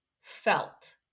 felt